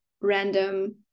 random